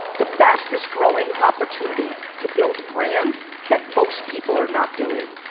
the fastest growing opportunity to build a brand that most people are not doing.